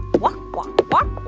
but walk, walk, but walk,